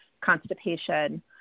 constipation